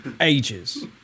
ages